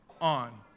on